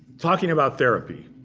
talking about therapy,